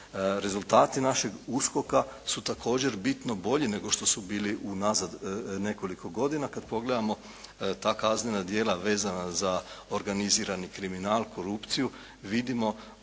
Rezultati našeg USKOK-a su također bitno bolji nego što su bili unazad nekoliko godina. Kad pogledamo ta kaznena djela vezana za organizirani kriminal, korupciju vidimo